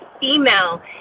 female